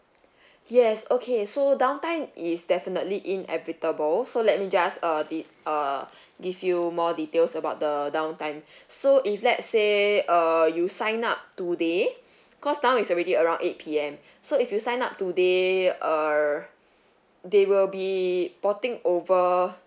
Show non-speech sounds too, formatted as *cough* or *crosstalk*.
*breath* yes okay so downtime is definitely inevitable so let me just uh did uh give you more details about the downtime *breath* so if let say uh you sign up today cause now it's already around eight P_M so if you sign up today err they will be porting over